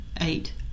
eight